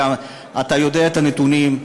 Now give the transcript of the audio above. אתה יודע את הנתונים.